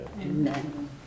Amen